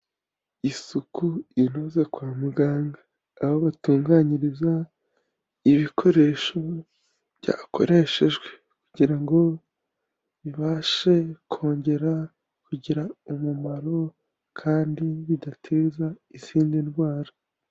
Isuku inoze kwa muganga aho batunganyiriza ibikoresho byakoreshejwe kugira ngo bibashe kongera kugira umumaro kandi bidateza izindi ndwara.